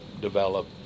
develop